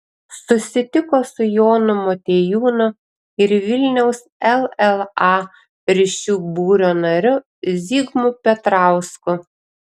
susitiko su jonu motiejūnu ir vilniaus lla ryšių būrio nariu zigmu petrausku